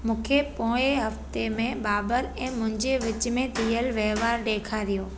मूंखे पोएं हफ़्ते में बाबर ऐं मुंहिंजे विच में थियल वहिंवार ॾेखारियो